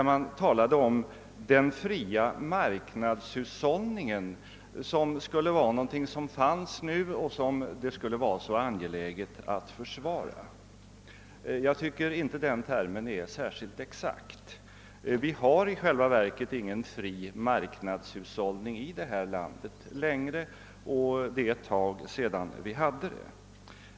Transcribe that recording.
Man talade om den fria marknadshushållningen som skulle vara någonting som fanns nu och som det skulle vara så angeläget att försvara. Jag tycker inte den termen är särskilt exakt. Vi har i själva verket ingen fri marknadshushållning i det här landet längre, och det är ett tag sedan vi hade det.